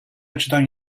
açıdan